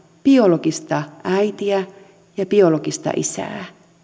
biologista äitiä ja biologista isää